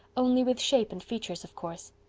only with shape and features of course.